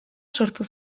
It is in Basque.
sortu